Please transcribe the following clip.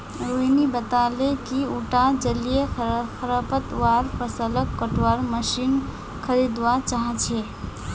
रोहिणी बताले कि उटा जलीय खरपतवार फ़सलक कटवार मशीन खरीदवा चाह छ